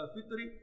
Fitri